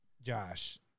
Josh